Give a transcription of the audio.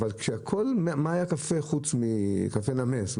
מה היה קפה חוץ מקפה נמס?